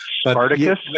Spartacus